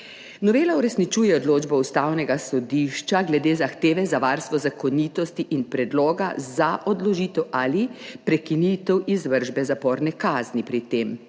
Novela uresničuje odločbo Ustavnega sodišča glede zahteve za varstvo zakonitosti in predloga za odložitev ali prekinitev izvršbe zaporne kazni pri tem.